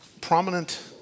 Prominent